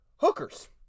Hookers